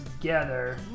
together